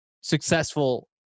successful